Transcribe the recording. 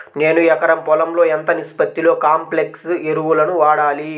నేను ఎకరం పొలంలో ఎంత నిష్పత్తిలో కాంప్లెక్స్ ఎరువులను వాడాలి?